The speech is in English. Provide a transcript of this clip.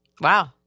Wow